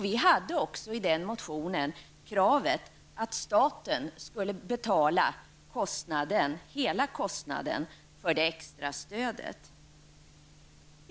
I den motionen hade vi också kravet att staten skulle betala hela kostnaden för det extra stödet.